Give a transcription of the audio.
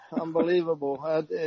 Unbelievable